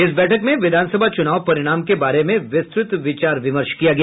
इस बैठक में विधानसभा चुनाव परिणाम के बारे में विस्तृत विचार विमर्श किया गया